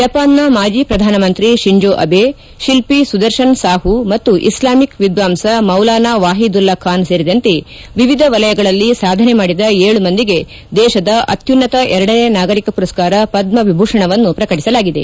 Japan ನ ಮಾಜಿ ಪ್ರಧಾನಮಂತ್ರಿ ಶಿಂಜೋ ಅಬೆ ಶಿಲ್ಪಿ ಸುದರ್ಶನ್ ಸಾಹೂ ಮತ್ತು ಇಸ್ಲಾಂಮಿಕ್ ವಿದ್ವಾಂಸ ಮೌಲಾನಾ ವಾಹಿದುಲ್ಲಾ ಖಾನ್ ಸೇರಿದಂತೆ ವಿವಿಧ ವಲಯಗಳಲ್ಲಿ ಸಾಧನೆ ಮಾಡಿದ ಏಳು ಮಂದಿಗೆ ದೇಶದ ಅತ್ಯುನ್ನತ ಎರಡನೇ ನಾಗರಿಕ ಮರಸ್ಕಾರ ಪದ್ದ ವಿಭೂಷಣವನ್ನು ಪ್ರಕಟಿಸಲಾಗಿದೆ